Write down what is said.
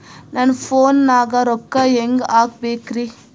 ನನ್ನ ಫೋನ್ ನಾಗ ರೊಕ್ಕ ಹೆಂಗ ಹಾಕ ಬೇಕ್ರಿ?